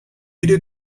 video